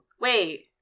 Wait